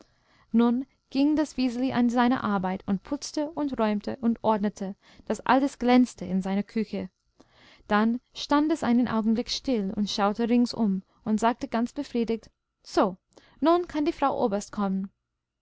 nun ging das wiseli an seine arbeit und putzte und räumte und ordnete daß alles glänzte in seiner küche dann stand es einen augenblick still und schaute ringsum und sagte ganz befriedigt so nun kann die frau oberst kommen